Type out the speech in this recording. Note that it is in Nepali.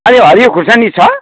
अनि हरियो खोर्सानी छ